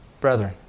brethren